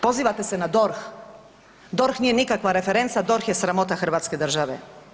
Pozivate se na DORH, DORH nije nikakva referenca, DORH je sramota Hrvatske države.